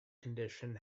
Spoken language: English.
condition